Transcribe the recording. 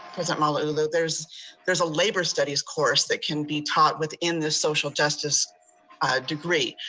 president malauulu, there's there's a labor studies course that can be taught within the social justice degree.